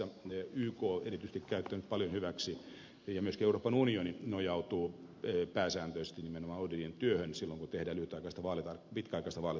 yk on erityisesti käyttänyt sitä paljon hyväksi ja myöskin euroopan unioni nojautuu pääsääntöisesti nimenomaan odihrn työhön silloin kun tehdään nimenomaisesti pitkäaikaista vaalitarkkailua